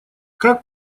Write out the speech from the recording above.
как